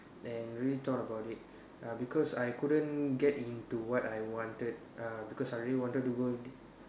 and really thought about it uh because I couldn't get into what I wanted uh because I really wanted to go